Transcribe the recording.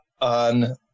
on